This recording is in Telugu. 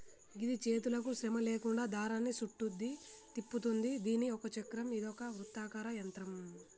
గిది చేతులకు శ్రమ లేకుండా దారాన్ని సుట్టుద్ది, తిప్పుతుంది దీని ఒక చక్రం ఇదొక వృత్తాకార యంత్రం